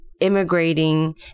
immigrating